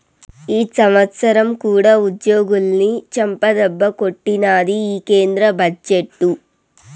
ఈ సంవత్సరం కూడా ఉద్యోగులని చెంపదెబ్బే కొట్టినాది ఈ కేంద్ర బడ్జెట్టు